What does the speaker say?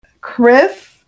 Chris